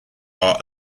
are